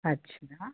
अच्छा